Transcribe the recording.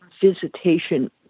visitation